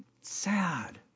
Sad